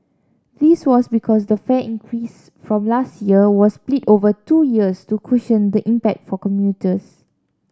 this was because the fare increase from last year was split over two years to cushion the impact for commuters